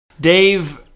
Dave